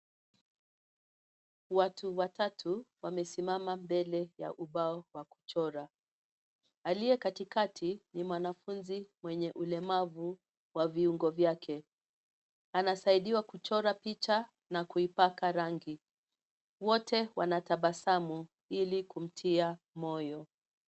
Watu watatu wamesimama mbele ya ubao wa kuchora. Aliye katikati ni mwanafunzi mwenye ulemavu wa viungo vyake. Anasaidiwa kuchora picha na kuipaka rangi. Wote wanatabasamu ili kumtia moyo.